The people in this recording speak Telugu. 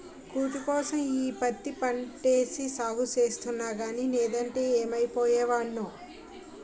కూటికోసం ఈ పత్తి పంటేసి సాగు సేస్తన్నగానీ నేదంటే యేమైపోయే వోడ్నో